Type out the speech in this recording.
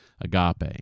agape